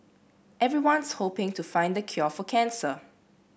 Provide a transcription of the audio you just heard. everyone's hoping to find the cure for cancer